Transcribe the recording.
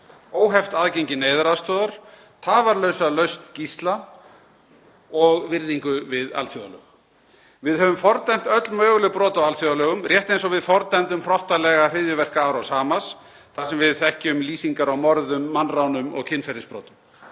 óheft aðgengi neyðaraðstoðar tafarlausa lausn gísla og virðingu við alþjóðalög. Við höfum fordæmt öll möguleg brot á alþjóðalögum, rétt eins og við fordæmdum hrottalega hryðjuverkaárás Hamas, þar sem við þekkjum lýsingar á morðum, mannránum og kynferðisbrotum.